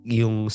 yung